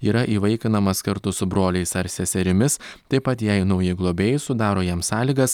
yra įvaikinamas kartu su broliais ar seserimis taip pat jei nauji globėjai sudaro jam sąlygas